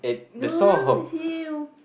no no it's him